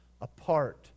apart